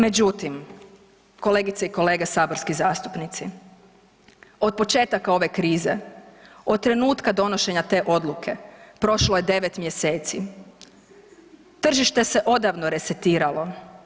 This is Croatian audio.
Međutim, kolegice i kolege saborski zastupnici, od početaka ove krize, od trenutka donošenja te odluke prošlo je 9 mjeseci, tržište se odavno resetiralo.